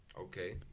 Okay